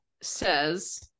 says